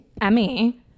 Emmy